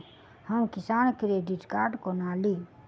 हम किसान credit card कोना ली?